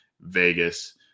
Vegas